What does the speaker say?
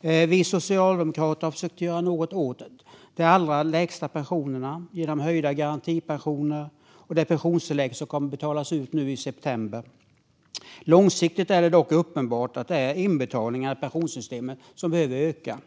Vi socialdemokrater har försökt göra något åt de allra lägsta pensionerna genom höjda garantipensioner och det pensionstillägg som kommer att betalas ut nu i september. Långsiktigt är det dock uppenbart att det är inbetalningarna till pensionssystemet som behöver öka.